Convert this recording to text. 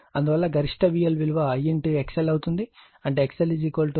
అందువల్ల గరిష్ట VL విలువ I XL అవుతుంది అంటే XL 70